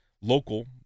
local